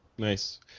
Nice